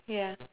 ya